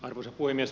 arvoisa puhemies